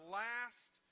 last